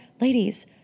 ladies